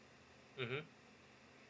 mmhmm